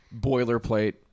boilerplate